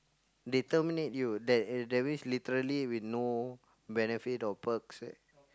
they terminate you that that means literally with no benefit or perks eh